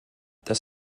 das